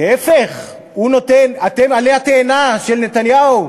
להפך, אתם עלה התאנה של נתניהו.